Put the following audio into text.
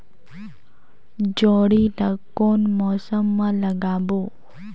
जोणी ला कोन मौसम मा लगाबो?